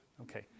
Okay